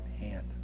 hand